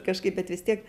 kažkaip bet vis tiek